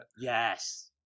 Yes